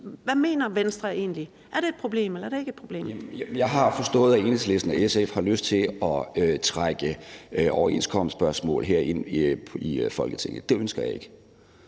Hvad mener Venstre egentlig – er det et problem, eller er det ikke et problem? Kl. 16:20 Martin Geertsen (V): Jeg har forstået, at Enhedslisten og SF har lyst til at trække overenskomstspørgsmål herind i Folketinget. Det ønsker jeg ikke.